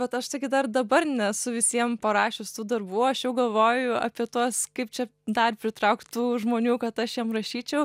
bet aš taigi dar dabar nesu visiem parašius tų darbų aš jau galvoju apie tuos kaip čia dar pritraukt tų žmonių kad aš jiem rašyčiau